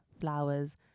flowers